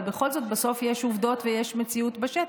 אבל בכל זאת, בסוף יש עובדות ויש מציאות בשטח,